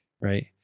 right